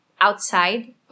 outside